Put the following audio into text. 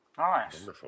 Nice